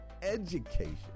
education